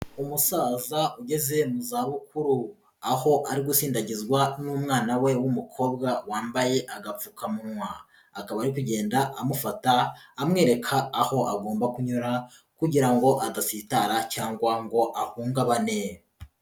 Umusaza ugeze mu zabukuru, aho ari gusindagizwa n'umwana we w'umukobwa wambaye agapfukamunwa, akaba ari kugenda amufata amwereka aho agomba kunyura kugira ngo adasitara cyangwa ngo ahungabane.